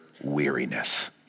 weariness